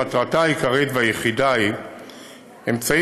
מטרתה העיקרית והיחידה היא להיות אמצעי